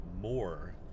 more